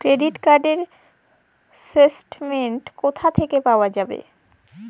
Credit card র statement কোথা থেকে পাওয়া যাবে?